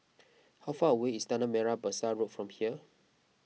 how far away is Tanah Merah Besar Road from here